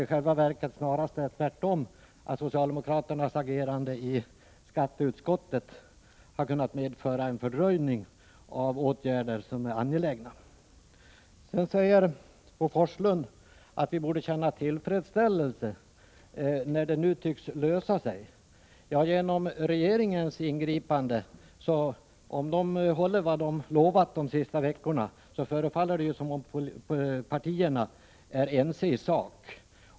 I själva verket är det snarast tvärtom så, att socialdemokraternas agerande i skatteutskottet kunnat medföra en fördröjning av angelägna åtgärder. Vidare säger Bo Forslund att vi borde känna tillfredsställelse när det nu tycks lösa sig. Ja, genom regeringens ingripande — om man nu håller vad man lovat de senaste veckorna — förefaller det som om partierna är ense i sak.